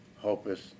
Hopeless